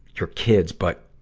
your kids. but,